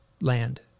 land